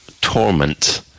Torment